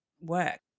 work